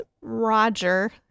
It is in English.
Roger